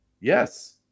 Yes